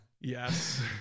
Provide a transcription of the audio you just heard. Yes